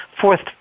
fourth